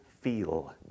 feel